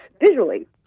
visually